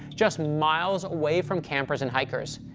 just miles away from campers and hikers.